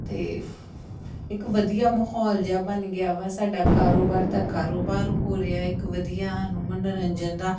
ਅਤੇ ਇੱਕ ਵਧੀਆ ਮਾਹੌਲ ਜਿਹਾ ਬਣ ਗਿਆ ਵਾ ਸਾਡਾ ਕਾਰੋਬਾਰ ਦਾ ਕਾਰੋਬਾਰ ਹੋ ਰਿਹਾ ਇੱਕ ਵਧੀਆ ਸਾਨੂੰ ਮਨੋਰੰਜਨ ਦਾ